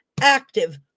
active